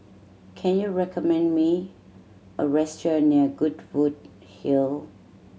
can you recommend me a restaurant near Goodwood Hill